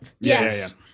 Yes